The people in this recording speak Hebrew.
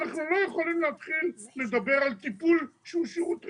אנחנו לא יכולים להתחיל לדבר על טיפול שהוא שירות רפואי.